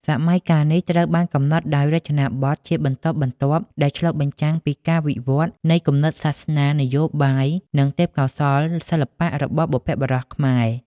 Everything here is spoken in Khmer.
សម័យកាលនេះត្រូវបានកំណត់ដោយ រចនាបថ ជាបន្តបន្ទាប់ ដែលឆ្លុះបញ្ចាំងពីការវិវត្តនៃគំនិតសាសនា នយោបាយ និងទេពកោសល្យសិល្បៈរបស់បុព្វបុរសខ្មែរ។